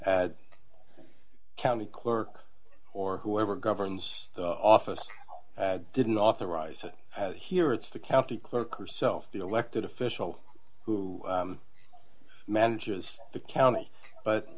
ad county clerk or whoever governs the office didn't authorize it here it's the county clerk herself the elected official who manages the county but